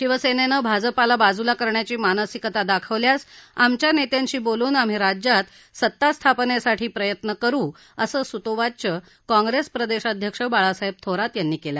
शिवसेनेने भाजपला बाजूला करण्याची मानसिकता दाखवल्यास आमच्या नेत्यांशी बोलून आम्ही राज्यात सत्ता स्थापनेसाठी प्रयत्न करू असं सुतोवाच काँग्रेस प्रदेशाध्यक्ष बाळासाहेब थोरात यांनी केलं